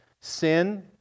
sin